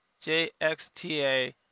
JXTA